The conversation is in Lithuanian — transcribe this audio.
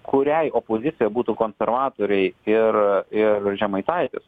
kuriai opozicija būtų konservatoriai ir ir žemaitaitis